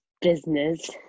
business